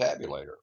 tabulator